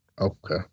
Okay